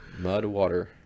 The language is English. Mudwater